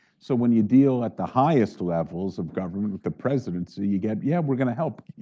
so when you deal at the highest levels of government, with the presidency, you get, yeah we're going to help,